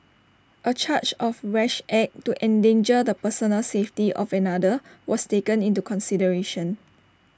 A charge of rash act to endanger the personal safety of another was taken into consideration